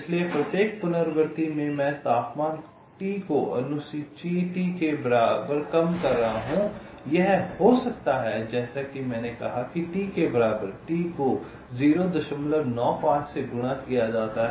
इसलिए प्रत्येक पुनरावृत्ति में मैं तापमान T को अनुसूची T के बराबर कम कर रहा हूं यह हो सकता है जैसा कि मैंने कहा कि T के बराबर T को 095 से गुणा किया जाता है